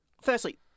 firstly